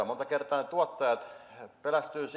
monta kertaa ne tuottajat pelästyvät